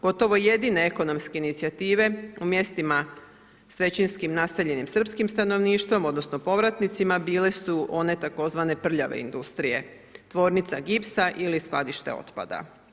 Gotovo jedine ekonomske inicijative u mjestima s većinskim naseljenim srpskim stanovništvom odnosno povratnicima bile su one tzv. prljave industrije, tvornica gipsa ili skladište otpada.